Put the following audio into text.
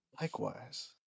Likewise